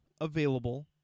available